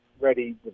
ready